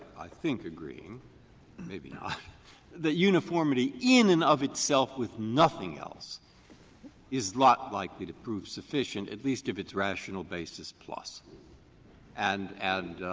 i think, agreeing maybe not that uniformity in and of itself with nothing else is not likely to prove sufficient, at least if it's rational basis-plus. and and